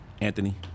Anthony